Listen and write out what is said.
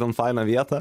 ten faina vieta